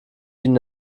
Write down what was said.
ihnen